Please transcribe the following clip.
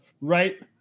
right